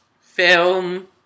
film